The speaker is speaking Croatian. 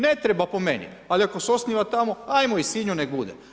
Ne treba po meni, ali ako se osniva tamo, ajmo i Sinju neka bude.